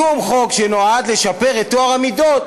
שום חוק שנועד לשפר את טוהר המידות